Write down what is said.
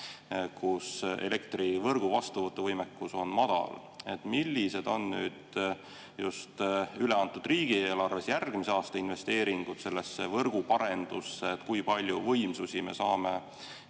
kus elektrivõrgu vastuvõtuvõimekus on madal. Millised on üleantud riigieelarves järgmise aasta investeeringud sellesse võrguparendusse, kui palju võimsusi me saame